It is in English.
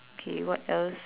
okay what else